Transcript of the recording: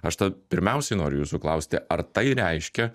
aš ta pirmiausiai noriu jūsų klausti ar tai reiškia